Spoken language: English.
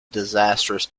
disastrous